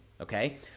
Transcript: okay